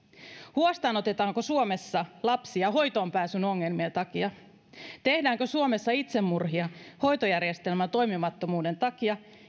huostaanotetaanko suomessa lapsia hoitoonpääsyn ongelmien takia tehdäänkö suomessa itsemurhia hoitojärjestelmän toimimattomuuden takia